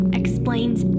explains